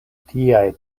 tiaj